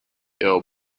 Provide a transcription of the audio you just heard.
ill